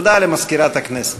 הודעה למזכירת הכנסת.